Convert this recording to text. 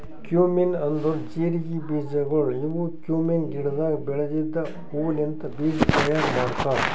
cumin ಅಂದುರ್ ಜೀರಿಗೆ ಬೀಜಗೊಳ್ ಇವು ಕ್ಯುಮೀನ್ ಗಿಡದಾಗ್ ಬೆಳೆದಿದ್ದ ಹೂ ಲಿಂತ್ ಬೀಜ ತೈಯಾರ್ ಮಾಡ್ತಾರ್